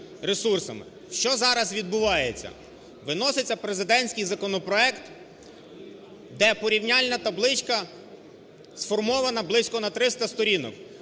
Що зараз відбувається? Виноситься президентський законопроект, де порівняльна табличка сформована близько на 300 сторінок.